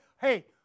hey